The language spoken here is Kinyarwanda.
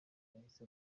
yahise